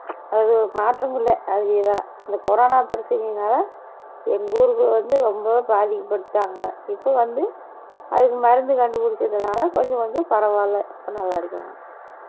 அது மாற்றமில்லை அதே தான் இந்த கொரோனா பிரச்சனையினால் எங்கள் ஊருக்கு வந்து ரொம்பவும் பாதிக்க பட்டுட்டாங்க இப்போ வந்து அதுக்கு மருந்து கண்டுபிடிச்சதுனால கொஞ்சம் கொஞ்சம் பரவாயில்ல இப்போ நல்லாயிருக்குறாங்க